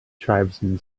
tribesman